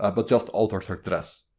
ah but just alters her dress.